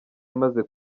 yamaze